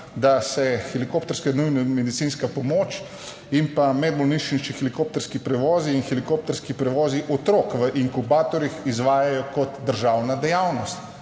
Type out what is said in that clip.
da se helikopterska nujna medicinska pomoč in pa medbolnišnični helikopterski prevozi in helikopterski prevozi otrok v inkubatorjih izvajajo kot državna dejavnost,